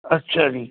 ਅੱਛਾ ਜੀ